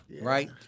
right